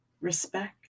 respect